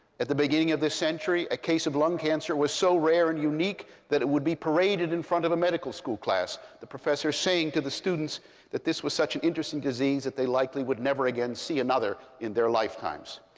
at the beginning of this century, a case of lung cancer was so rare and unique that it would be paraded in front of a medical school class, the professor saying to the students that this was such an interesting disease that they likely would never again see another in their lifetimes.